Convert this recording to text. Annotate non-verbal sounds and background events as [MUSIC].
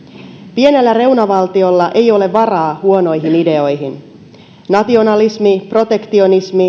pienellä reunavaltiolla ei ole varaa huonoihin ideoihin nationalismi protektionismi [UNINTELLIGIBLE]